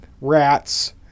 rats